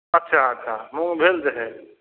अच्छा अच्छा मूंग भेल रहै